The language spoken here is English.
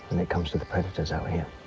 when it comes to the predators out here.